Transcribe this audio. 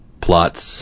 plots